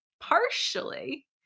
partially